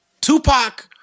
Tupac